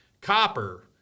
Copper